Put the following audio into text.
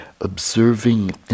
observing